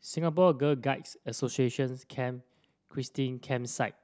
Singapore Girl Guides Association Camp Christine Campsite